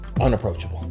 unapproachable